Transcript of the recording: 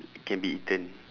can be eaten